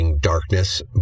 darkness